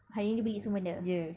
hari ni beli semua benda